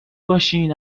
باشین